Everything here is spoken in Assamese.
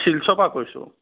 শিলচৰৰ পৰা কৈছোঁ